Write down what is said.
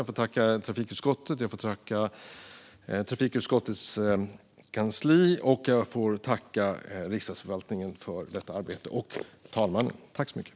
Jag tackar också trafikutskottet, trafikutskottets kansli och Riksdagsförvaltningen för deras arbete - och talmannen.